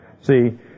See